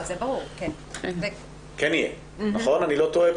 אני לא טועה פה.